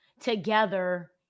together